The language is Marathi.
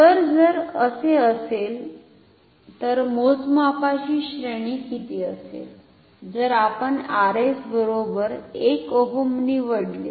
तर जर असे असेल तर मोजमापाची श्रेणी किती असेल जर आपण Rs बरोबर 1 ओह्म निवड्ले